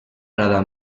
arada